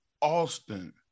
Austin